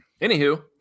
Anywho